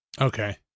Okay